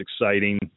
exciting